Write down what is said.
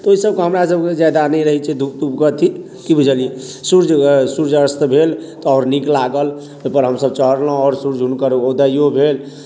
तऽ ओहिसबके हमरासबके ज्यादा नहि रहै छै धूप तूपके अथी कि बुझलिए सूर्ज सूर्ज अस्त भेल तऽ आओर नीक लागल ओहिपर हमसब चढ़लहुँ आओर सूर्ज हुनकर उदैओ भेल